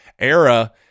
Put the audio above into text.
era